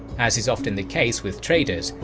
as is often the case with traders,